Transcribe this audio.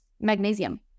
magnesium